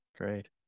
Great